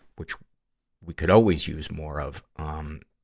which we could always use more of, um,